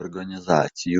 organizacijų